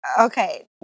Okay